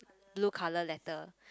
blue color letter